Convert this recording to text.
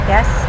Yes